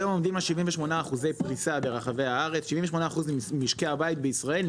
כיום אנחנו עומדים על 78% פריסה ברחבי הארץ 78% ממשקי הבית בישראל.